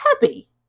happy